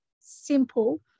simple